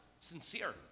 Sincere